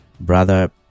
brother